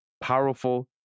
powerful